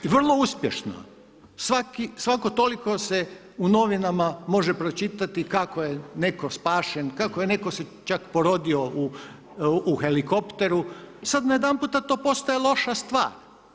Vrlo uspješno, svako toliko se u novinama se može pročitati kako je netko spašen, kako je netko se čak porodio u helikopteru, sada najedanput to postaje loša stvar.